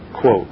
Quote